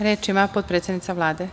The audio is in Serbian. Reč ima potpredsednica Vlade.